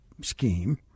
scheme